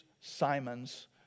Simons